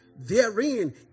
Therein